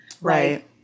Right